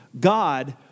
God